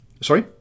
Sorry